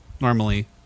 normally